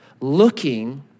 looking